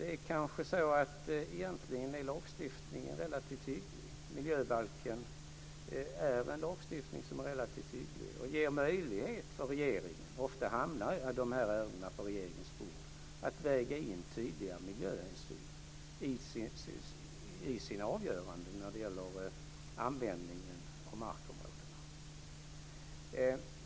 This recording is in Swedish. Det är kanske så att lagstiftningen egentligen är relativt hygglig, att miljöbalken är en lagstiftning som är relativt hygglig och som ger möjlighet till regeringen - ofta hamnar de här ärendena på regeringens bord - att väga in tydliga miljöhänsyn i sina avgöranden när det gäller användningen av markområdena.